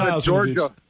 Georgia